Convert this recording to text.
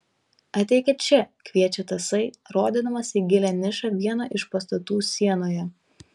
ateikit čia kviečia tasai rodydamas į gilią nišą vieno iš pastatų sienoje